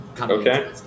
okay